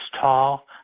tall